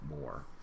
more